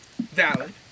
Valid